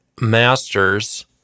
Masters